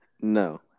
No